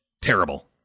terrible